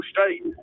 State